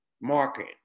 market